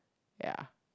ya